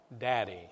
Daddy